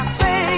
say